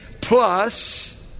plus